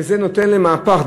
וזה נוטה למהפך.